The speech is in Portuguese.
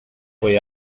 foi